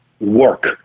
work